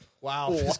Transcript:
Wow